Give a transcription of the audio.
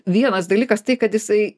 vienas dalykas tai kad jisai